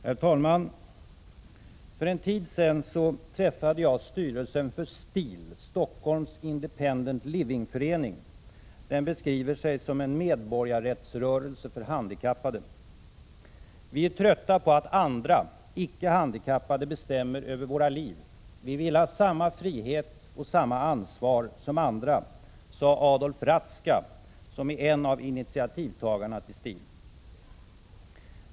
Herr talman! För en tid sedan träffade jag styrelsen för STIL, Stockholms Independent Living-förening. Den beskriver sig som en medborgarrättsrörelse för handikappade. — Vi är trötta på att andra, icke-handikappade, bestämmer över våra liv. Vi vill ha samma frihet, och samma ansvar, som andra, sade Adolf Ratzka, en av initiativtagarna till STIL.